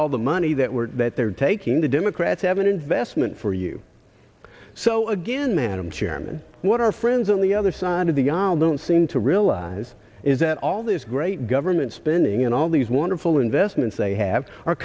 all the money that we're that they're taking the democrats have an investment for you so again madam chairman what our friends on the other side of the aisle don't seem to realize is that all this great government spending and all these wonderful investments they have are